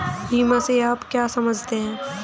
बीमा से आप क्या समझते हैं?